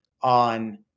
on